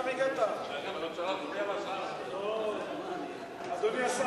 ההצעה להעביר את הצעת חוק המועצה להשכלה גבוהה (תיקון מס' 17)